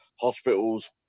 hospitals